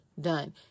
done